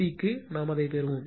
சிக்கு நாம் அதைப் பெறுவோம்